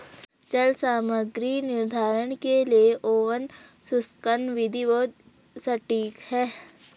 जल सामग्री निर्धारण के लिए ओवन शुष्कन विधि बहुत सटीक है